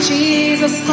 Jesus